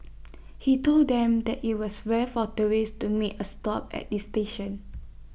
he told them that IT was rare for tourists to make A stop at this station